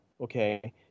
okay